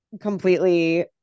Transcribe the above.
completely